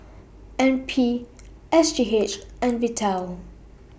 N P S G H and Vital